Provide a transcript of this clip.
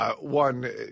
One